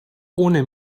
ohne